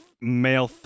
male